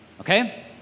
Okay